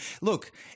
look